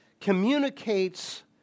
communicates